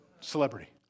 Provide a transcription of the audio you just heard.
celebrity